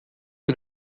wie